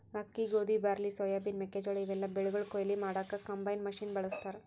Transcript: ಅಕ್ಕಿ ಗೋಧಿ barley soybean ಮೆಕ್ಕೆಜೋಳಾ ಇವೆಲ್ಲಾ ಬೆಳಿಗೊಳ್ ಕೊಯ್ಲಿ ಮಾಡಕ್ಕ್ ಕಂಬೈನ್ ಮಷಿನ್ ಬಳಸ್ತಾರ್